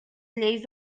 lleis